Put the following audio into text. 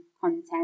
content